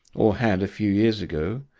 or had a few years ago,